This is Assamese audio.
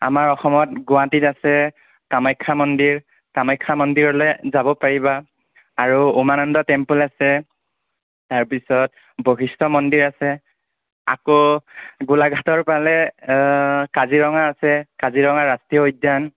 আমাৰ অসমত গুৱাহাটীত আছে কামাখ্যা মন্দিৰ কামাখ্যা মন্দিৰলৈ যাব পাৰিবা আৰু উমানন্দ টেম্পল আছে তাৰ পিছত বশিষ্ট মন্দিৰ আছে আকৌ গোলাঘাটৰ ফালে কাজিৰঙা আছে কাজিৰঙা ৰাষ্ট্ৰীয় উদ্যান